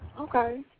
Okay